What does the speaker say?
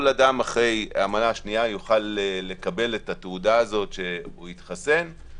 כל אדם אחרי המנה השנייה יוכל לקבל את המנה הזאת שהוא התחסן.